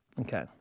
Okay